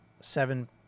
Seven